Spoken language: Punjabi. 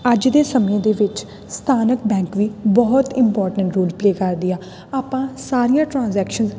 ਅੱਜ ਦੇ ਸਮੇਂ ਦੇ ਵਿੱਚ ਸਥਾਨਕ ਬੈਂਕ ਵੀ ਬਹੁਤ ਇੰਪੋਰਟੈਂਟ ਰੋਲ ਪਲੇਅ ਕਰਦੇ ਆ ਆਪਾਂ ਸਾਰੀਆਂ ਟਰਾਂਜੈਕਸ਼ਨ